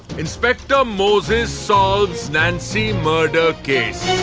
inspector moses solves nancy murder case